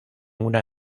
una